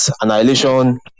annihilation